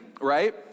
right